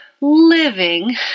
living